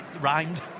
rhymed